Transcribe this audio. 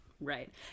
right